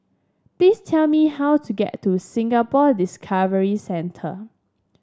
please tell me how to get to Singapore Discovery Centre